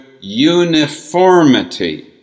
uniformity